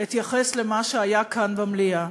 אתייחס למה שהיה כאן במליאה.